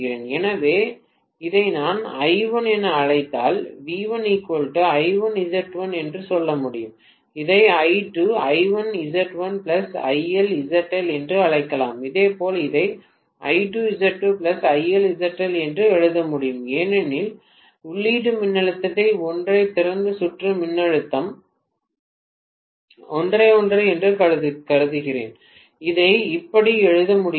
எனவே இதை நான் I1 என அழைத்தால் V1 I1 Z1 என்று சொல்ல முடியும் இதை I2 I1Z1 ILZL என்று அழைக்கலாம் அதேபோல் இதை I2Z2 ILZL என்றும் எழுத முடியும் ஏனெனில் உள்ளீட்டு மின்னழுத்தம் ஒன்றே திறந்த சுற்று மின்னழுத்தம் ஒன்றே என்று நான் கருதுகிறேன் இதை இப்படி எழுத முடிகிறது